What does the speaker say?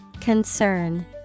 Concern